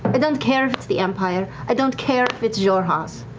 i don't care if it's the empire. i don't care if it's xhorhas.